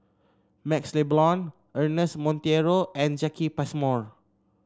MaxLe Blond Ernest Monteiro and Jacki Passmore